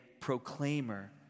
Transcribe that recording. proclaimer